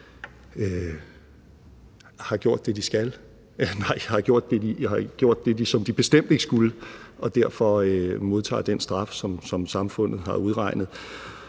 er forældrene, der har gjort det, som de bestemt ikke skulle, og derfor modtager den straf, som samfundet har udregnet.